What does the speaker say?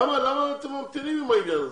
למה אתם ממתינים עם העניין הזה?